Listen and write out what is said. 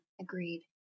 agreed